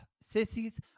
Sissies